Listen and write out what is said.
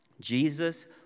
Jesus